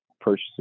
purchasing